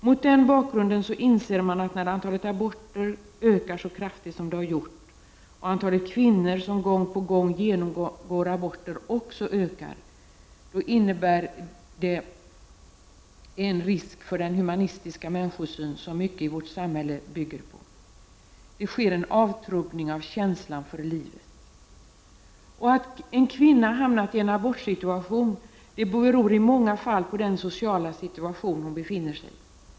Mot denna bakgrund inser man att när antalet aborter ökar så kraftigt som det har gjort och när antalet kvinnor som gång på gång genomgår aborter också ökar, innebär det en risk för den humana människosyn som mycket i vårt samhälle bygger på. Det sker en avtrubbning av känslan för livet. Att en kvinna hamnat i en abortsituation beror i många fall på den sociala situation som hon befinner sig i.